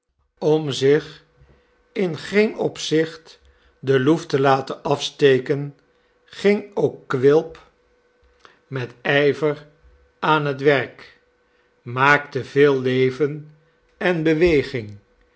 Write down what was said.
om zich in geen opzicht de loef te laten afsteken ging ook quilp met ijver aan het werk maakte veel leven en beweging